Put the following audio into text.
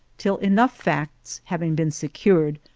till enough facts having been secured,